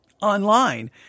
online